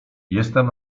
jestem